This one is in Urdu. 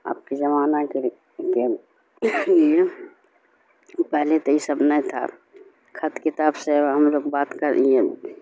اب کے زمانہ کے کے لیے پہلے تو یہ سب نہیں تھا خط کتاب سے ہم لوگ بات کر لیے